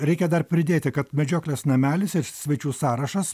reikia dar pridėti kad medžioklės namelis svečių sąrašas